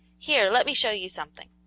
here, let me show you something.